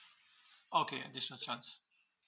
okay additional chance